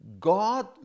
God